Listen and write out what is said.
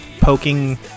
poking